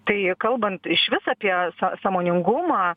tai kalbant išvis apie sąmoningumą